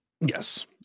yes